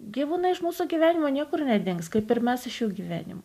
gyvūną iš mūsų gyvenimo niekur nedings kaip ir mes iš gyvenimo